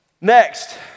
Next